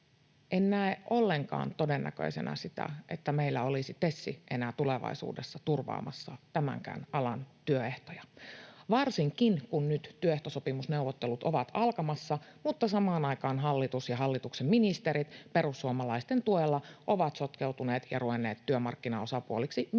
En näe ollenkaan todennäköisenä sitä, että meillä olisi TESiä enää tulevaisuudessa turvaamassa tämänkään alan työehtoja — varsinkaan, kun nyt työehtosopimusneuvottelut ovat alkamassa, mutta samaan aikaan hallitus ja hallituksen ministerit perussuomalaisten tuella ovat sotkeutuneet ja ruvenneet työmarkkinaosapuoliksi myös